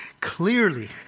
clearly